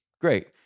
great